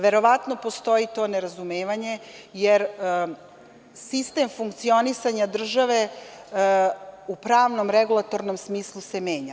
Verovatno postoji to nerazumevanje, jer sistem funkcionisanja države u pravnom i regulatornom smislu se menja.